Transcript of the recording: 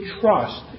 trust